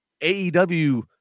AEW